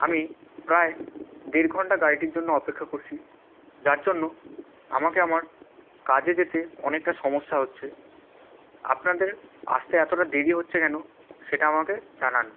আমি প্রায় দেড় ঘন্টা গাড়িটির জন্য অপেক্ষা করছি যার জন্য আমাকে আমার কাজে যেতে অনেকটা সমস্যা হচ্ছে আপনাদের আসতে এতটা দেরি হচ্ছে কেন সেটা আমাকে জানান